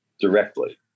directly